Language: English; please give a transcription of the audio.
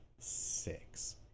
six